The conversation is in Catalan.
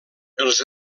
els